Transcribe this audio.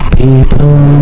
people